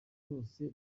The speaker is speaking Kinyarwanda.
cyose